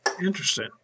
Interesting